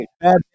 bad